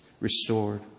restored